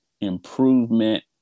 improvement